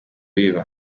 biba